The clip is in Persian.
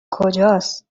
کجاست